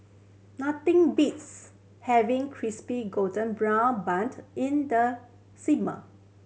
nothing beats having crispy golden brown buned in the